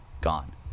gone